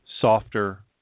softer